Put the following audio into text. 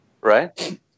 Right